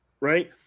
right